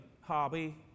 hobby